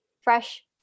fresh